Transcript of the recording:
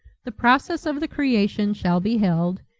the process of the creation shall be held,